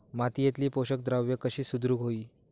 मातीयेतली पोषकद्रव्या कशी सुधारुक होई?